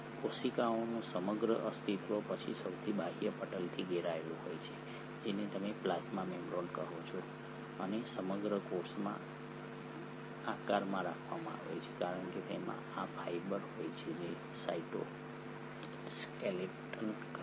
કોશિકાનું સમગ્ર અસ્તિત્વ પછી સૌથી બાહ્ય પટલથી ઘેરાયેલું હોય છે જેને તમે પ્લાઝ્મા મેમ્બ્રેન કહો છો અને સમગ્ર કોષ આકારમાં રાખવામાં આવે છે કારણ કે તેમાં આ ફાઇબર હોય છે જે સાઇટોસ્કેલેટન છે